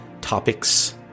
topics